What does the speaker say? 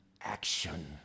action